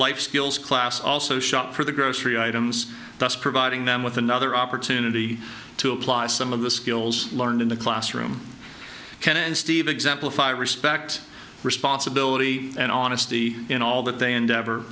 life skills class also shop for the grocery items thus providing them with another opportunity to apply some of the skills learned in the classroom can and steve exemplify respect responsibility and honesty in all that they endeavor